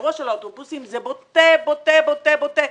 באירוע של האוטובוסים זה בוטה, בוטה, בוטה, בוטה.